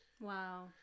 Wow